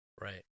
Right